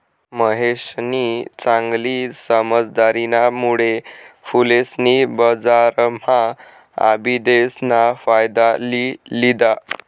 महेशनी चांगली समझदारीना मुळे फुलेसनी बजारम्हा आबिदेस ना फायदा लि लिदा